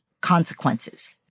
consequences